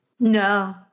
No